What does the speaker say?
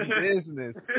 business